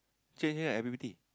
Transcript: change already right I_P_P_T